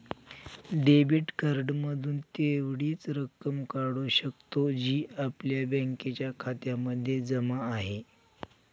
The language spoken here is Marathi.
डेबिट कार्ड मधून तेवढीच रक्कम काढू शकतो, जी आपल्या बँकेच्या खात्यामध्ये जमा आहे